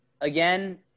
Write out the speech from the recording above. again